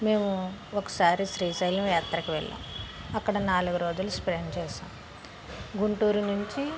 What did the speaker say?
మేము ఒకసారి శ్రీశైలం యాత్రకు వెళ్ళాం అక్కడ నాలుగు రోజులు స్పెండ్ చేసాం గుంటూరు నుంచి